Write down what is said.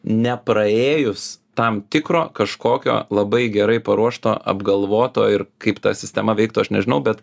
nepraėjus tam tikro kažkokio labai gerai paruošto apgalvoto ir kaip ta sistema veiktų aš nežinau bet